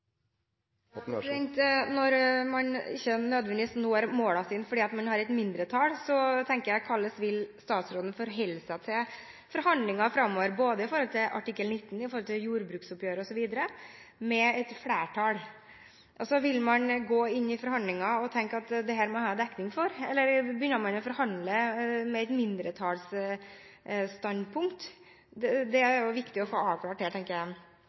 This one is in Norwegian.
et mindretall, lurer jeg på hvordan statsråden vil forholde seg til flertallet i forhandlinger framover når det gjelder artikkel 19, jordbruksoppgjøret osv. Vil man gå inn i forhandlingene og tenke at man må ha dekning for dette, eller begynner man å forhandle med et mindretallsstandpunkt? Det er viktig å få avklart